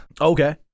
Okay